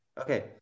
Okay